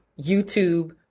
YouTube